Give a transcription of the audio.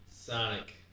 Sonic